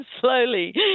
slowly